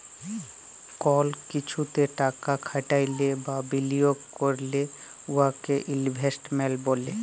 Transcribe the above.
call কিছুতে টাকা খাটাইলে বা বিলিয়গ ক্যইরলে উয়াকে ইলভেস্টমেল্ট ব্যলে